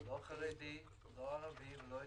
לא החרדי, לא הערבי ולא האתיופי.